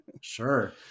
Sure